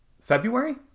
February